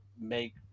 make